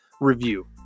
review